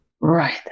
Right